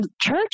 church